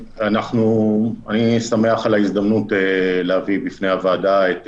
אני שמח על ההזדמנות להביא בפני הוועדה את